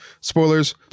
Spoilers